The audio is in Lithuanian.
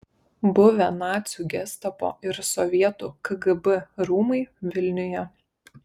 buvę nacių gestapo ir sovietų kgb rūmai vilniuje